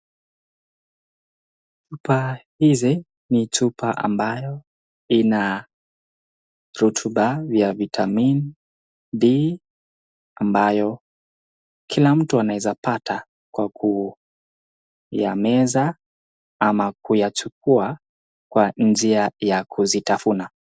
Chupa hizi ni chupa ambayo ina rotuba ya vitamin D ambayo kila mtu anaweza pata kwa kuyameza ama kua kwa njia ya kuzitafuna.